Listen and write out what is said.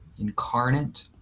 incarnate